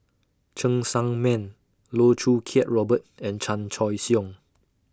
Cheng Tsang Man Loh Choo Kiat Robert and Chan Choy Siong